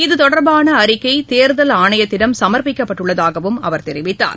இது தொடர்பான அறிக்கை தேர்தல் ஆணையத்திடம் சமர்பிக்கப்பட்டுள்ளதாகவும் அவர் கெரிவிக்கார்